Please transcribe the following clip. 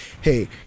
hey